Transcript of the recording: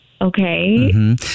Okay